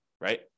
right